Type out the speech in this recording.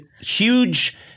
huge